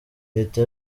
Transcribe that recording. leta